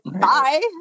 bye